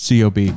COB